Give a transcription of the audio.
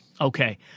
Okay